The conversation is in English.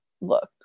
looked